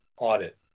audit